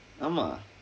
ஆமாம்:aamaam